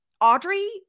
Audrey